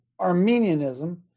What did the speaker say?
Armenianism